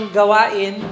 gawain